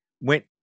went